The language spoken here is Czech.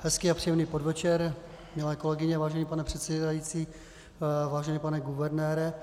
Hezký a příjemný podvečer milé kolegyně, vážený pane předsedající, vážený pane guvernére.